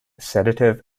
sedative